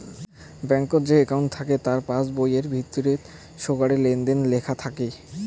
ব্যাঙ্কত যে একউন্ট থাকি তার পাস বইয়ির ভিতরি সোগায় লেনদেন লেখা থাকি